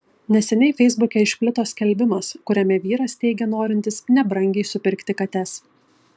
neseniai feisbuke išplito skelbimas kuriame vyras teigia norintis nebrangiai supirkti kates